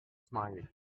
smiled